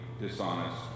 dishonest